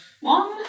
One